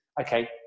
Okay